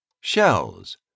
Shells